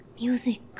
music